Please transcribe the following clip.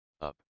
up